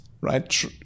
right